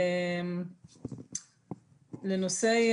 בדקנו מול כל הקופות,